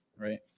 right